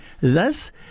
Thus